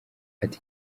ati